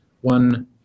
one